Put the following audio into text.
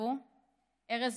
כתבו ארז